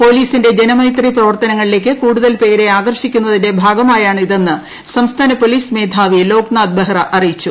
പോലീസിന്റെ ജനമൈത്രി പ്രവർത്തനങ്ങളിലേയ്ക്ക് കൂടുതൽ പേരെ ആകർഷിക്കുന്നതിന്റെ ഭാഗമായാണിതെന്ന് സംസ്ഥാന പോലീസ് മേധാവി ലോക്നാഥ് ബെഹ്റ അറിയിച്ചു